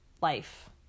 life